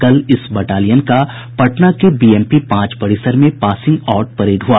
कल इस बटालियन का पटना के बीएमपी पांच परिसर में पासिंग आउट परेड हुआ